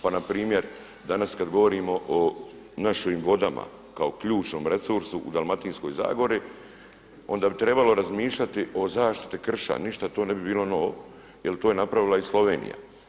Pa npr. danas kada govorimo o našim vodama kao ključnom resursu u Dalmatinskoj zagori onda bi trebalo razmišljati o zaštiti krša, ništa tu ne bi bilo novo jer to je napravila i Slovenija.